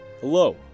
Hello